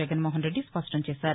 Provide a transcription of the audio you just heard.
జగన్మోహన్రెడ్డి స్పష్టంచేశారు